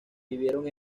vivieron